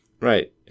Right